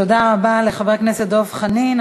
תודה רבה לחבר הכנסת דב חנין.